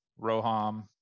Roham